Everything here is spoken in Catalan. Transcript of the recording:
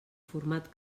format